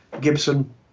Gibson